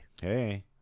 Hey